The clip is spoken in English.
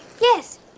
Yes